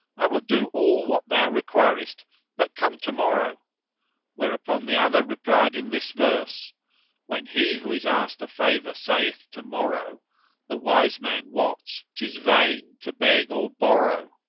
i will do all what thou requirest but come to-morrow whereupon the other replied in this verse when he who is asked a favour saith to-morrow, the wise man wots tis vain to beg or borrow